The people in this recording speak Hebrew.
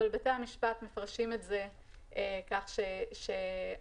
אבל בתי המשפט מפרשים את זה כך שנושא